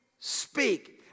speak